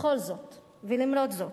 בכל זאת, ולמרות זאת,